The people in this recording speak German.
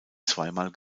zweimal